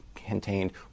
Contained